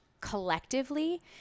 collectively